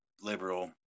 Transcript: liberal